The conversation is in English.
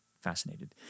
fascinated